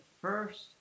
first